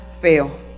fail